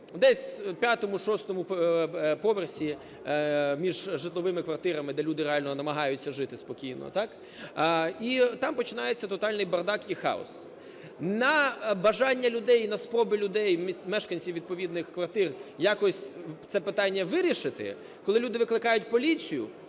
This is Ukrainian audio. шостому поверсі між житловими квартирами, де люди реально намагаються жити спокійно. Так і там починається тотальний бардак і хаос. На бажання людей і на спроби людей, мешканців відповідних квартир, якось це питання вирішити, коли люди викликають поліцію,